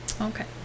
Okay